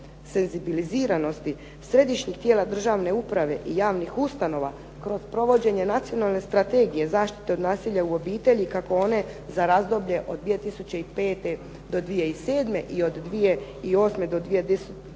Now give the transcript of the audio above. senzibiliziranosti Središnjih tijela državne uprave i javnih ustanova kroz provođenje nacionalne strategije zaštite od nasilja u obitelji, kako one za razdoblje od 2005. do 2007. i od 2008. do 2010.